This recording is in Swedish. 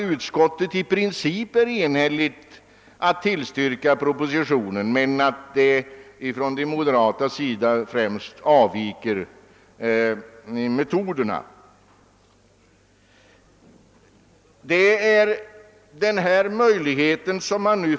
Utskottet har i princip enhälligt tillstyrkt propositionen — det är endast de moderata som haft avvikande mening då det gäller metoderna.